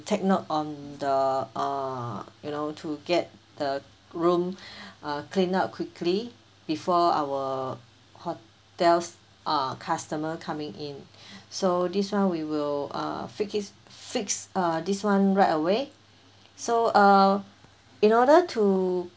take note on the err you know to get the room uh cleaned up quickly before our hotel's uh customer coming in so this [one] we will uh fi~ is fixed uh this [one] right away so uh in order to